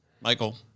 Michael